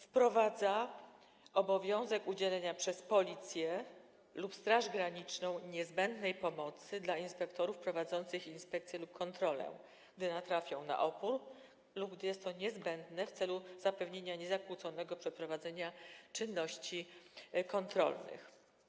Wprowadza obowiązek udzielenia przez Policję lub Straż Graniczną niezbędnej pomocy dla inspektorów prowadzących inspekcję lub kontrolę, gdy natrafią na opór lub gdy jest to niezbędne w celu zapewnienia niezakłóconego przeprowadzenia czynności kontrolnych.